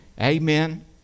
amen